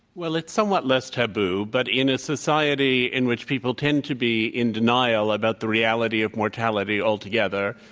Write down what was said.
well, it's somewhat less taboo, but in a society in which people tend to be in denial about the reality of mortality altogether,